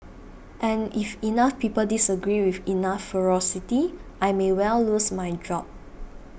and if enough people disagree with enough ferocity I may well lose my job